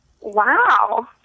Wow